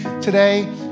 today